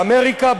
באמריקה,